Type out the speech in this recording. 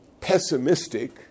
pessimistic